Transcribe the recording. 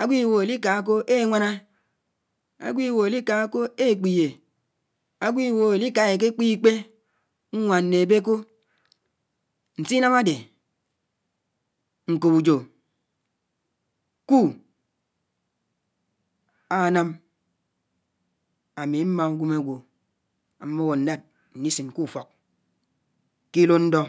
ágwò ibòhò li ka kò kè énwáná ágwò ibòhò di kaa kò kè ékpiyé, ágwò i bóhó é li ka èkè kpé ikpè nwaan né ébé kó. Nsinám ádè nkòp ùyó kù ánám ámi maa ùwén ágwò am’bòhò ndád ndisin k’ùfòk k’ilò ndó.